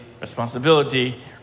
responsibility